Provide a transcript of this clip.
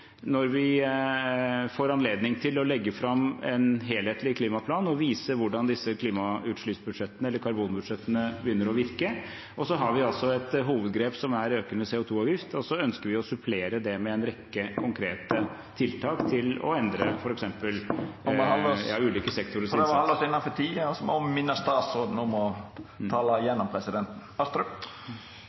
får anledning til å legge fram en helhetlig klimaplan og vise hvordan disse klimabudsjettene, eller karbonbudsjettene, begynner å virke. Og vi har altså et hovedgrep, som er økende CO 2 -avgift, og det ønsker vi å supplere med en rekke konkrete tiltak til å endre f.eks. ulike sektorers innsats. Ein får prøva å halda seg innanfor tida, og eg vil minna statsråden om å tala gjennom presidenten. Nikolai Astrup